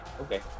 okay